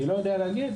אני לא יודע להגיד,